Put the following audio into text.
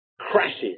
crashes